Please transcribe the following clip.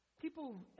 People